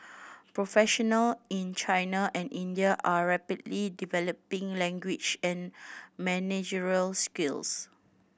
professional in China and India are rapidly developing language and managerial skills